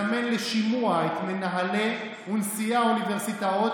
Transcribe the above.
לזמן לשימוע את מנהלי ונשיאי האוניברסיטאות